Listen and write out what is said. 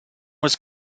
was